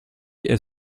est